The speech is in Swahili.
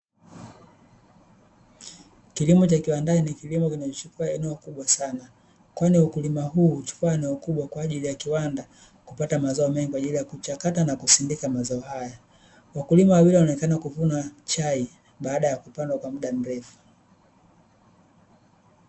Kilimo cha kiwandani ni kilimo kinachochukua eneo kubwa sana, kwani ukulima huu huchukua eneo kubwa kwa ajili ya kiwanda kupata mazao mengi kwa ajili ya kuchakata na kusindika mazao haya. Wakulima wawili wanaitana kuvuna chai baada ya kupandwa kwa muda mrefu.